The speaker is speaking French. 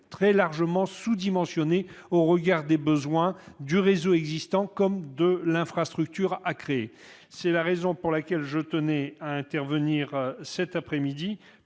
très largement sous-dimensionnés au regard des besoins, qu'il s'agisse du réseau existant ou de l'infrastructure à créer. C'est la raison pour laquelle je tenais à intervenir cet après-midi